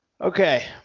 Okay